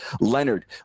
Leonard